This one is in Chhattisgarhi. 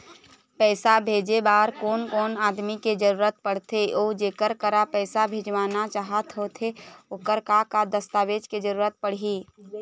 पैसा भेजे बार कोन कोन आदमी के जरूरत पड़ते अऊ जेकर करा पैसा भेजवाना चाहत होथे ओकर का का दस्तावेज के जरूरत पड़ही?